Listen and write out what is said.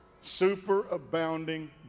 superabounding